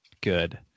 good